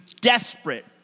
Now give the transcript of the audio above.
desperate